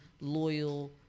loyal